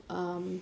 um